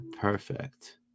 Perfect